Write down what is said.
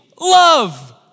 love